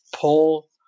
pull